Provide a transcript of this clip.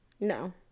No